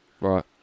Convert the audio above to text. Right